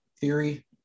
theory